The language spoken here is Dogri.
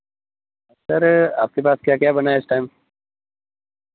सर आपके पास क्या क्या बना ऐ इस टाइम